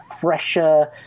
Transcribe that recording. fresher